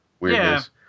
weirdness